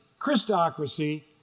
Christocracy